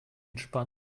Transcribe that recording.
entspannt